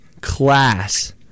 class